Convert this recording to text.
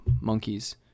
monkeys